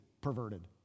perverted